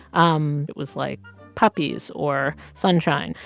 um it was like puppies or sunshine.